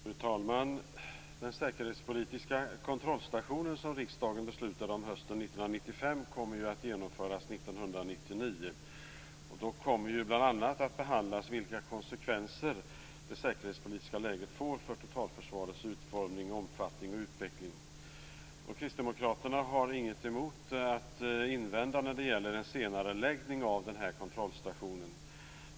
Fru talman! Den säkerhetspolitiska kontrollstationen som riksdagen beslutade om hösten 1995 kommer att genomföras 1999. Då kommer bl.a. att behandlas vilka konsekvenser det säkerhetspolitiska läget får för totalförsvarets utformning, omfattning och utveckling. Kristdemokraterna har inget att invända mot en senareläggning av kontrollstationen.